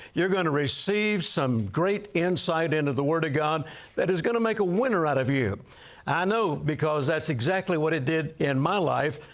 you're going to receive some great insight into the word of god that is going to make a winner out of you. i know because that's exactly what it did in my life,